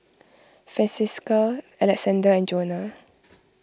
Francisca Alexzander and Jonna